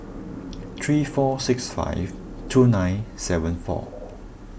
three four six five two nine seven four